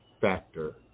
factor